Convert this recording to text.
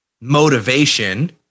motivation